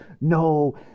no